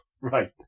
Right